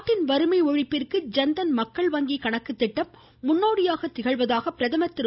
நாட்டின் வறுமை ஒழிப்பிற்கு ஜன் தன் மக்கள் வங்கி கணக்கு திட்டம் முன்னோடியாக திகழ்வதாக பிரதமர் திரு